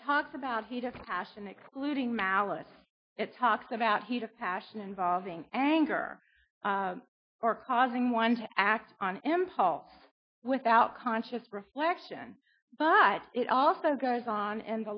it talks about heat of passion excluding malice it talks about heat of passion involving anger or causing one to act on impulse without conscious reflection but it also goes on in